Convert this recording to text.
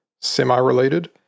semi-related